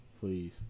please